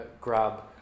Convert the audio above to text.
grab